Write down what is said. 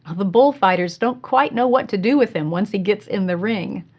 ah the bullfighters don't quite know what to do with him once he gets in the ring.